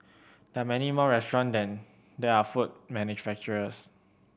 there are many more restaurant than there are food manufacturers